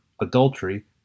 adultery